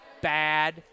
Bad